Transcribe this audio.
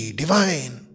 divine